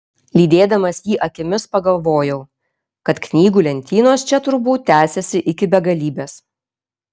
lydėdamas jį akimis pagalvojau kad knygų lentynos čia turbūt tęsiasi iki begalybės